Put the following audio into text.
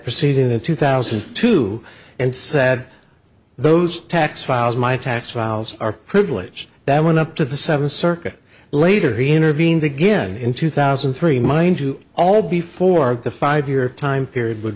proceeding in two thousand to and said those tax files my tax files are privileged that went up to the seventh circuit later he intervened again in two thousand and three mind you all before the five year time period would